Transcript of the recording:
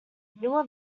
newer